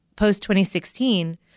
post-2016